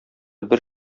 бер